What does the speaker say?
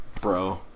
bro